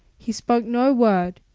he spoke no word.